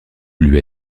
lui